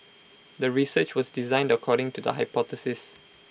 the research was designed according to the hypothesis